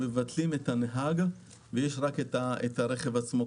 מבטלים את הנהג, ויש רק הרכב עצמו.